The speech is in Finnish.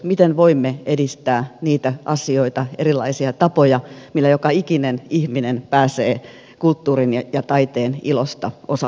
miten voimme edistää niitä asioita erilaisia tapoja millä joka ikinen ihminen pääsee kulttuurin ja taiteen ilosta osalliseksi